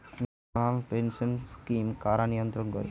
National pension scheme কারা নিয়ন্ত্রণ করে?